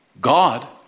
God